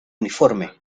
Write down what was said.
uniforme